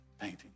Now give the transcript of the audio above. painting